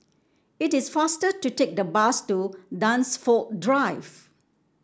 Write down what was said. it is faster to take the bus to Dunsfold Drive